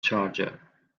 charger